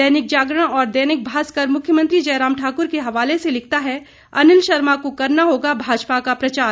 दैनिक जागरण और दैनिक भास्कर मुख्यमंत्री जयराम ठाक्र ने हवाले से लिखता है अनिल शर्मा को करना होगा भाजपा का प्रचार